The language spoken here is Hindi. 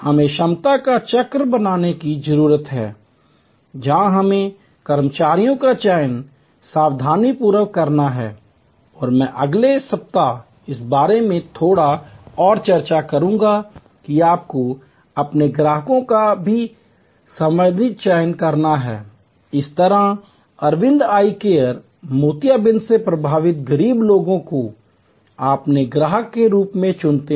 हमें क्षमता का चक्र बनाने की जरूरत है जहां हमें कर्मचारियों का चयन सावधानीपूर्वक करना है और मैं अगले सप्ताह इस बारे में थोड़ा और चर्चा करूंगा कि आपको अपने ग्राहकों का भी सावधानीपूर्वक चयन करना है जिस तरह अरविंद आई केयर मोतियाबिंद से प्रभावित गरीब लोगों को अपने ग्राहक के रूप में चुनते हैं